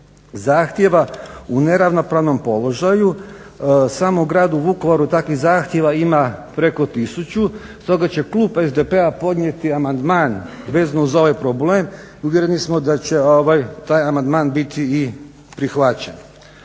zahtjeva u neravnopravnom položaju. U samom gradu Vukovaru takvih zahtjeva ima preko tisuću, stoga će klub SDP-a podnijeti amandman vezano uz ovaj problem i uvjereni smo da će taj amandman biti prihvaćen.